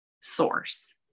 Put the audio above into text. source